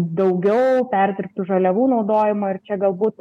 daugiau perdirbtų žaliavų naudojimo ir čia galbūt